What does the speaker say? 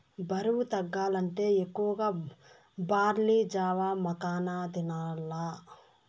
బరువు తగ్గాలంటే ఎక్కువగా బార్లీ జావ, మకాన తినాల్ల